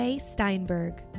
Steinberg